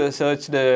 searched